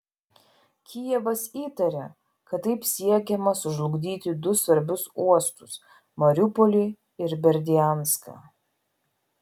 kijevas įtaria kad taip siekiama sužlugdyti du svarbius uostus mariupolį ir berdianską